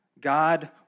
God